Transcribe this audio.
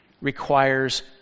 requires